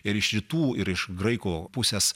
ir iš rytų ir iš graikų pusės